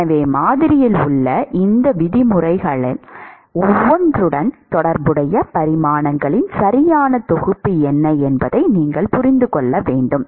எனவே மாதிரியில் உள்ள இந்த விதிமுறைகள் ஒவ்வொன்றுடனும் தொடர்புடைய பரிமாணங்களின் சரியான தொகுப்பு என்ன என்பதை நீங்கள் புரிந்து கொள்ள வேண்டும்